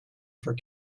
for